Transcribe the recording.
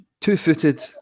Two-footed